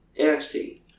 NXT